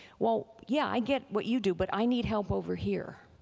well, yeah, i get what you do, but i need help over here.